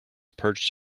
perched